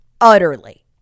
utterly